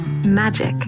Magic